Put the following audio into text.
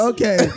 Okay